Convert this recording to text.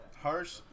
Harsh